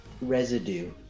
Residue